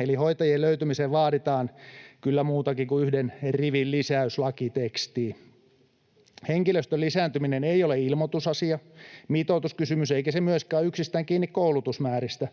Eli hoitajien löytymiseen vaaditaan kyllä muutakin kuin yhden rivin lisäys lakitekstiin. Henkilöstön lisääntyminen ei ole ilmoitusasia, mitoituskysymys, eikä se myöskään ole kiinni yksistään koulutusmääristä.